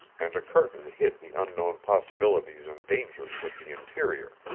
and a curtain hid the unknown possibilities and dangers of the interior.